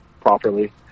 properly